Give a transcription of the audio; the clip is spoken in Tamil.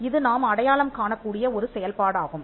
இது நாம் அடையாளம் காணக்கூடிய ஒரு செயல்பாடாகும்